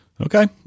Okay